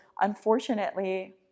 unfortunately